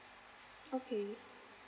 okay